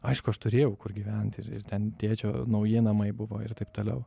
aišku aš turėjau kur gyvent ir ir ten tėčio nauji namai buvo ir taip toliau